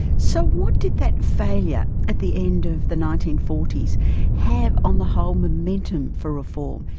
so what did that failure at the end of the nineteen forty s have on the whole momentum for reform?